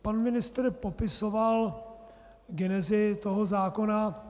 Pan ministr popisoval genezi toho zákona.